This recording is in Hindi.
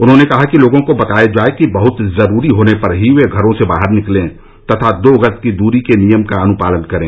उन्होंने कहा कि लोगों को बताया जाए कि बहत जरूरी होने पर ही वे घरों से बाहर निकलें तथा दो गज की दूरी के नियम का अनुपालन करें